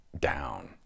down